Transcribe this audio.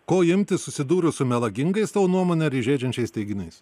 ko imtis susidūrus su melagingais tavo nuomone ar įžeidžiančiais teiginiais